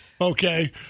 Okay